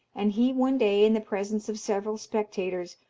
and he one day, in the presence of several spectators,